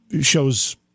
shows